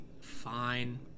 fine